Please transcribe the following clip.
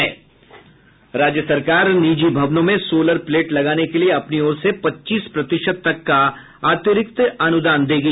राज्य सरकार निजी भवनों में सोलर प्लेट लगाने के लिए अपनी ओर से पच्चीस प्रतिशत तक का अतिरिक्त अनुदान देगी